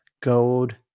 gold